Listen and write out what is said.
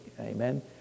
Amen